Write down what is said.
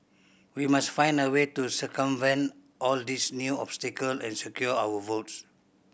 we must find a way to circumvent all these new obstacle and secure our votes